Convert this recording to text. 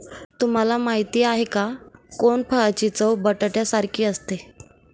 तुम्हाला माहिती आहे का? कोनफळाची चव बटाट्यासारखी असते